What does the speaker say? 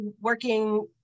working